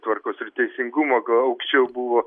tvarkos ir teisingumo gal aukščiau buvo